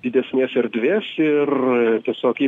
didesnės erdvės ir tiesiog jį